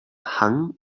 hang